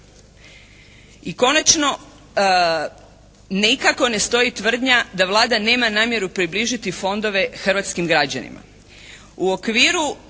I konačno nikako ne stoji tvrdnja da Vlada nema namjeru približiti fondove hrvatskim građanima.